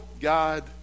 God